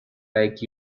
like